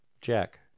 Jack